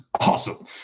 awesome